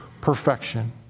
perfection